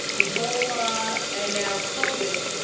ebola and now covid.